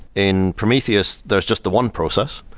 in prometheus, there's just the one process.